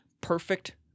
perfect